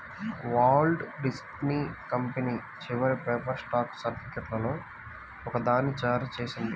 Walt Disney company చివరి paper stock సర్టిఫికేట్లలో ఒకదాన్ని జారీ చేసింది